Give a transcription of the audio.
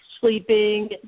sleeping